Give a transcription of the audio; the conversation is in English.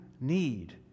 need